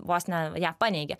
vos ne ją paneigė